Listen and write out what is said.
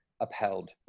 upheld